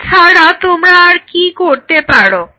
এছাড়া তোমরা আর কি করতে পারো